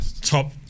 Top